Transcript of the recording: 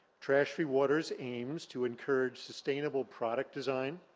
trash free waters aims to encourage sustainable product design,